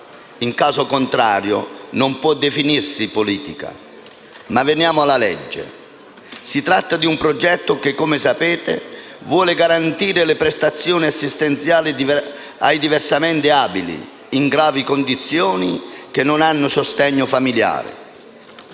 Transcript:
In caso contrario non può definirsi politica. Ma veniamo alla legge. Si tratta di un progetto che, come sapete, vuole garantire le prestazioni assistenziali ai diversamente abili in gravi condizioni che non hanno sostegno familiare.